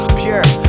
pure